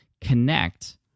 connect